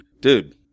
dude